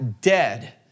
dead